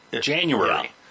January